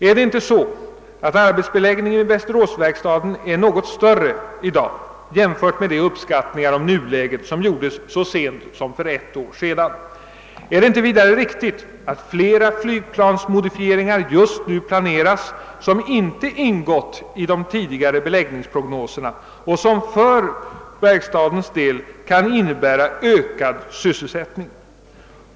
är det inte så, att arbetsbeläggningen vid västeråsverkstaden är något större i dag jämfört med de uppskattningar om nuläget, som gjordes så sent som för ett år sedan? Är det inte vidare riktigt att flera flygplansmodifieringar just nu planeras, som inte ingått i tidigare beläggningsprognoser och som för CVV:s del kan innebära ökad sysselsättning?